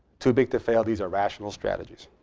too big to fail. these are rational strategies.